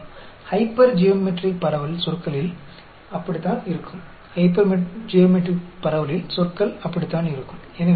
यह है कि हाइपरजोमेट्रिक डिस्ट्रीब्यूशन में टर्म कैसे दिखते हैं